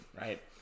right